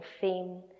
fame